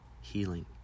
healing